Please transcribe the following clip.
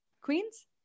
Queens